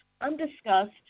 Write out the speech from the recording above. undiscussed